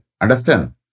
Understand